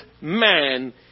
man